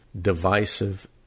divisive